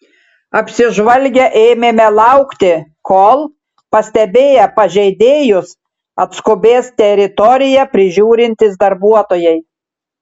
apsižvalgę ėmėme laukti kol pastebėję pažeidėjus atskubės teritoriją prižiūrintys darbuotojai